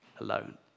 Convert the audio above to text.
alone